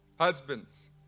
Husbands